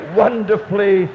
wonderfully